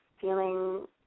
feeling